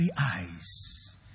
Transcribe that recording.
eyes